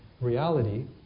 reality